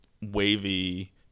wavy